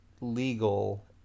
legal